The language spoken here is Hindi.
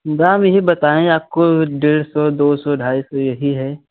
दाम यही बताएँ आपको डेढ़ सौ दो सौ ढाई सौ यही है